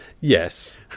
Yes